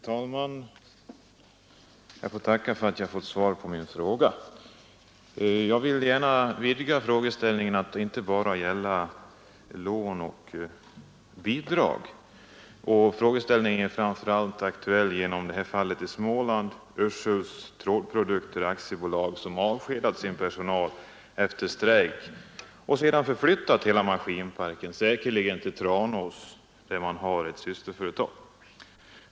Herr talman! Jag får tacka för att jag har fått svar på min fråga. Jag vill gärna vidga frågeställningen till att inte bara gälla lån och bidrag. Frågan är framför allt aktuell genom att ett företag i Småland, Urshults trådprodukter AB, avskedat sin personal efter en strejk och sedan förflyttat hela maskinparken, säkerligen till Tranås där man har ett systerföretag.